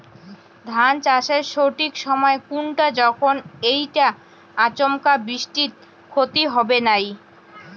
ধান চাষের সঠিক সময় কুনটা যখন এইটা আচমকা বৃষ্টিত ক্ষতি হবে নাই?